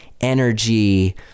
energy